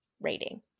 rating